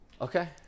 Okay